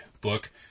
book